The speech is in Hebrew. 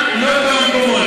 אז מה הם?